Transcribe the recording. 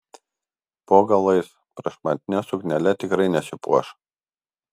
po galais prašmatnia suknele tikrai nesipuoš